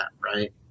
right